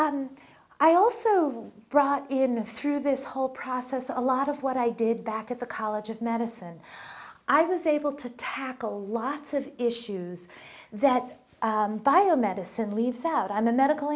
the i also brought in through this whole process a lot of what i did back at the college of medicine i was able to tackle lots of issues that biomedicine leaves out i'm a medical